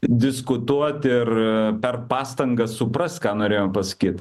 diskutuot ir per pastangas suprast ką norėjom pasakyt